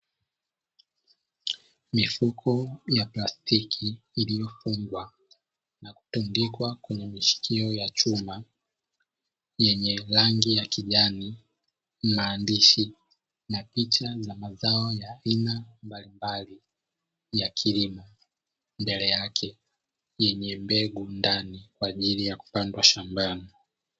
Mifuko ya plastiki iliyofungwa na kutundikwa kwenye mishikio ya chuma yenye rangi ya kijani, maandishi na picha za mazao ya aina mbalimbali ya kilimo mbele yake, yenye mbegu ndani kwa ajili ya kupandwa shambani.